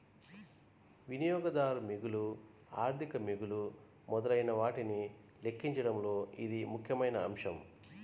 వినియోగదారు మిగులు, ఆర్థిక మిగులు మొదలైనవాటిని లెక్కించడంలో ఇది ముఖ్యమైన అంశం